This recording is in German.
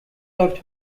läuft